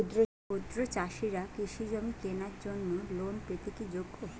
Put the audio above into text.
ক্ষুদ্র চাষিরা কৃষিজমি কেনার জন্য লোন পেতে কি যোগ্য?